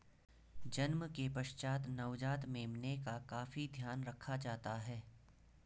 जन्म के पश्चात नवजात मेमने का काफी ध्यान रखा जाता है